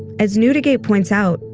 as neudigate points out,